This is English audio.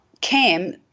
Cam